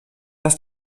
dass